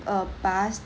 a bus